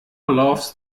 loves